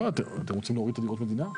לא, אתם רוצים להוריד דירות מדינה?